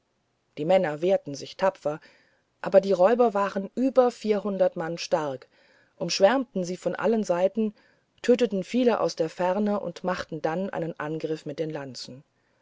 die männer wehrten sich tapfer aber die räuber waren über mann stark umschwärmten sie von allen seiten töteten viele aus der ferne her und machten dann einen angriff mit der lanze